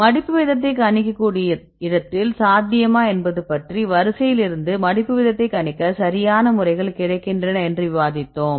மடிப்பு வீதத்தை கணிக்கக்கூடிய இடத்தில் சாத்தியமா என்பது பற்றி வரிசையில் இருந்து மடிப்பு வீதத்தை கணிக்க சரியான முறைகள் கிடைக்கின்றன என்று விவாதித்தோம்